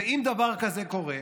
ואם דבר כזה קורה,